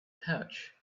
pouch